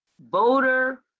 voter